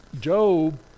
Job